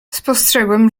spostrzegłem